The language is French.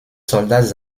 soldats